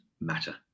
matter